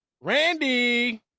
Randy